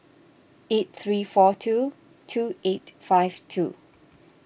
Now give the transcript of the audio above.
eight three four two two eight five two